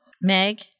Meg